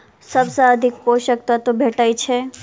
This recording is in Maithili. सबसँ अधिक पोसक तत्व भेटय छै?